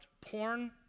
Porn